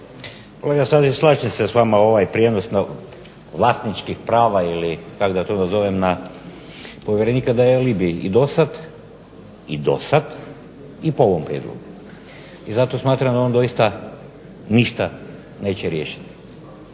Stazić, slažem se s vama, ovaj prijenos vlasničkih prava ili kako da to nazovem na povjerenika da je alibi i do sad i po ovom prijedlogu i zato smatram da on doista ništa neće riješiti.